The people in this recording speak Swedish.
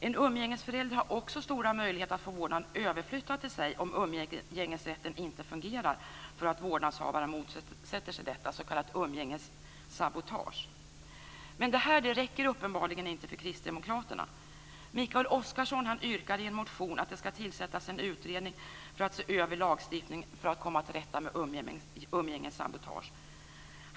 En umgängesförälder har också stora möjligheter att få vårdnaden överflyttad till sig, om umgängesrätten inte fungerar för att vårdnadshavaren motsätter sig detta, s.k. umgängessabotage. Men det här räcker uppenbarligen inte för kristdemokraterna. Mikael Oscarsson yrkar i en motion att det ska tillsättas en utredning för att se över lagstiftningen för att komma till rätta med umgängessabotage.